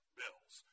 bills